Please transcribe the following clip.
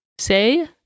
say